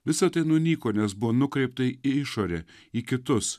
visa tai nunyko nes buvo nukreipta į išorę į kitus